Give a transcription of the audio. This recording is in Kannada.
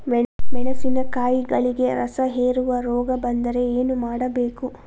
ಮೆಣಸಿನಕಾಯಿಗಳಿಗೆ ರಸಹೇರುವ ರೋಗ ಬಂದರೆ ಏನು ಮಾಡಬೇಕು?